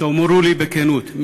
ותאמרו לי בכנות,